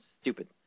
stupid